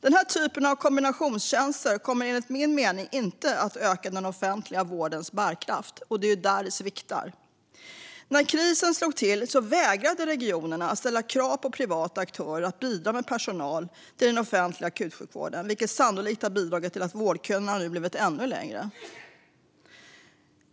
Denna typ av kombinationstjänster kommer enligt min mening inte att öka den offentliga vårdens bärkraft, och det är där det sviktar. När krisen slog till vägrade regionerna att ställa krav på privata aktörer att bidra med personal till den offentliga akutsjukvården, vilket sannolikt har bidragit till att vårdköerna nu blivit ännu längre.